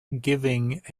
giving